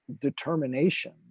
determination